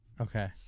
Okay